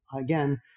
again